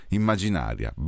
immaginaria